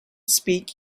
speak